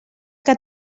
que